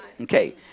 Okay